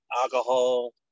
alcohol